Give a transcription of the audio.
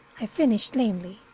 i finished lamely.